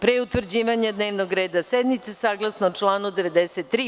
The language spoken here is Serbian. Pre utvrđivanja dnevnog reda sednice saglasno članu 93.